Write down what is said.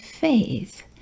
faith